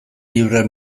libre